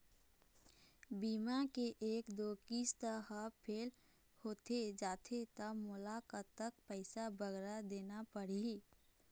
बीमा के एक दो किस्त हा फेल होथे जा थे ता मोला कतक पैसा बगरा देना पड़ही ही?